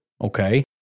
Okay